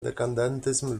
dekadentyzm